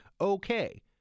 okay